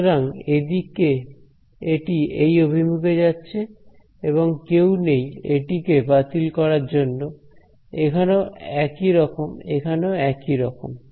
সুতরাং এদিকে এটি এই অভিমুখে যাচ্ছে এবং কেউ নেই এটিকে বাতিল করার জন্য এখানেও একই রকম এখানেও একই রকম